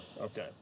Okay